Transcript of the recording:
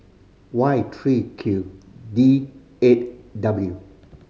Y three Q E eight W